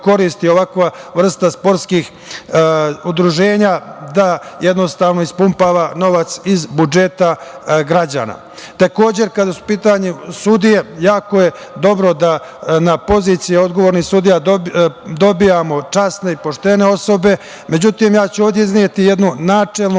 koristi ovakvu vrstu sportskih udruženja da jednostavno ispumpava novac iz budžeta građana. Takođe, kada su u pitanju sudije, jako je dobro da na pozicije odgovornih sudija dobijamo časne i poštene osobe, međutim, ja ću ovde izneti jednu načelnu